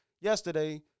yesterday